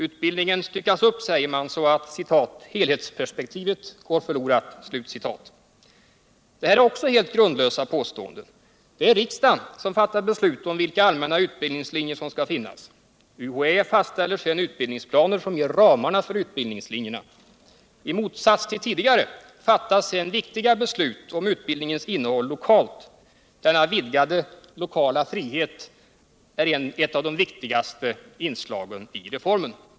Utbildningen styckas upp, säger man. så att ”helhetsperspektivet går förlorat”. Också det är helt grundlösa påståenden. Det är riksdagen som fattar beslut om vilka allmänna utbildningslinjer som skall finnas. UHÄ fastställer sedan utbildningsplaner, som ger ramarna för utbildningslinjerna. I motsats till tidigare fattas sedan viktiga beslut om utbildningens innehåll lokalt. Denna vidgade lokala frihet är ett av de viktigaste inslagen i reformen.